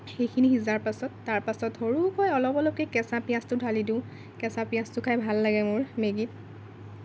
সেইখিনি সিজাৰ পাছত তাৰ পাছত সৰুকৈ অলপ অলপকৈ কেঁচা পিয়াঁজটো ঢালি দিওঁ কেঁচা পিয়াঁজটো খাই ভাল লাগে মোৰ মেগীত